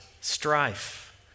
strife